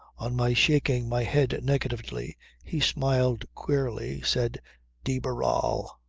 on my shaking my head negatively he smiled queerly, said de barral,